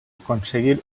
aconseguir